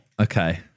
okay